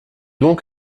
donc